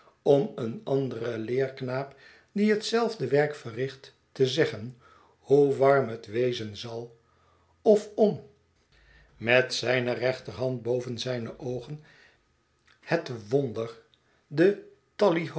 om een anderen leerknaap die hetzelfde werk verricht te zeggen hoe warm het wezen zal of om met zijne rechterhand boven zijne oogen het wonder de